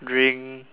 drink